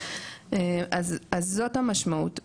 אז זאת המשמעות.